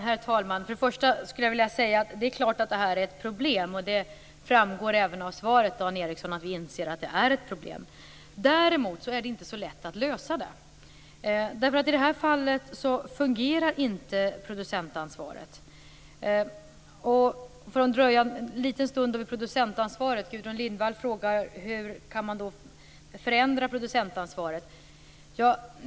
Herr talman! Det är klart att detta är ett problem. Det framgår av svaret, Dan Ericsson, att vi inser att det här är ett problem. Däremot är det inte så lätt att lösa problemet. I det här fallet fungerar nämligen inte producentansvaret. Gudrun Lindvall frågar hur producentansvaret kan förändras.